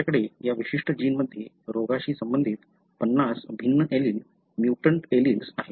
तुमच्याकडे या विशिष्ट जीनमध्ये रोगाशी संबंधित 50 भिन्न एलील म्युटंट एलील्स आहेत